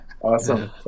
Awesome